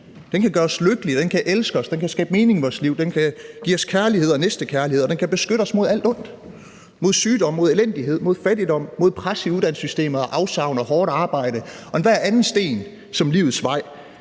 Den kan gøre os lykkelige, den kan elske os, den kan skabe mening i vores liv, den kan give os kærlighed og næstekærlighed, og den kan beskytte os mod alt ondt, mod sygdomme, mod elendighed, mod fattigdom mod pres i uddannelsessystemet og afsavn og hårdt arbejde og enhver anden sten, som livets vej